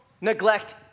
neglect